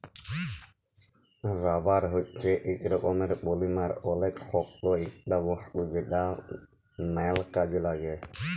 rubber হচ্যে ইক রকমের পলিমার অলেক শক্ত ইকটা বস্তু যেটা ম্যাল কাজে লাগ্যে